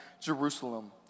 Jerusalem